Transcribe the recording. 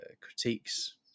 critiques